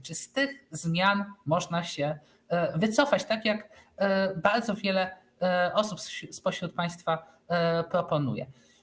Czy z tych zmian można się wycofać, tak jak bardzo wiele osób spośród państwa proponuje?